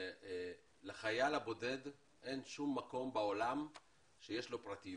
שלחייל הבודד אין שום מקום בעולם שיש לו בו פרטיות.